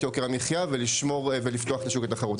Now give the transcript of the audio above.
יוקר המחייה ולפתוח את השוק לתחרות.